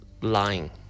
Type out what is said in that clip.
lying